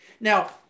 Now